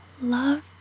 Love